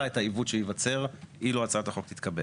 את העיוות שייווצר אילו הצעת החוק תתקבל.